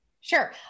Sure